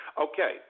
Okay